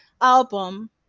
album